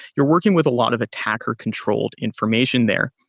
you're working with a lot of attacker-controlled information there.